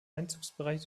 einzugsbereich